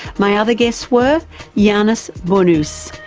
my other guests were yiannis bournous,